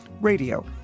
radio